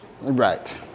Right